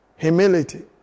Humility